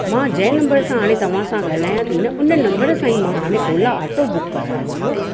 मां जंहिं नंबर तां हाणे तव्हां सां ॻाल्हायां थी न उन नंबर सां ई मां हाणे ओला ऑटो बुक करायो हुओ